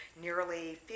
nearly